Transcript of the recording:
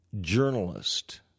journalist